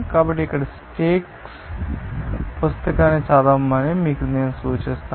కాబట్టి ఇక్కడ స్టేక్స్ పుస్తకాన్ని చదవమని నేను మీకు సూచిస్తాను